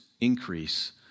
increase